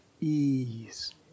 ease